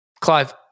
Clive